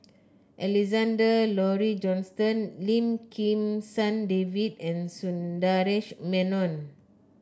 Alexander Laurie Johnston Lim Kim San David and Sundaresh Menon